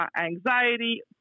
anxiety